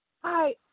Hi